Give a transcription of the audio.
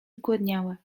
zgłodniałe